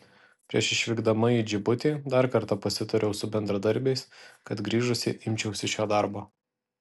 prieš išvykdama į džibutį dar kartą pasitariau su bendradarbiais kad grįžusi imčiausi šio darbo